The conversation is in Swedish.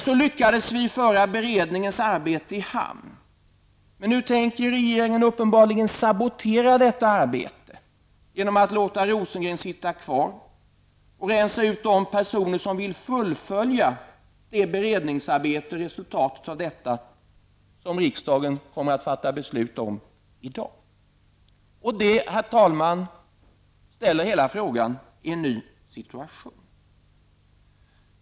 Så lyckades vi föra beredningens arbete i hamn, men nu tänker regeringen uppenbarligen sabotera detta arbete genom att låta Björn Rosengren sitta kvar och rensa bort de personer som vill fullfölja beredningsarbetet och resultatet av detta som riksdagen kommer att fatta beslut om i dag. Detta gör, herr talman, att frågan kommer i ett helt nytt läge.